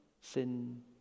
sin